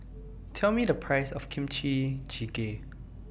Tell Me The priceS of Kimchi Jjigae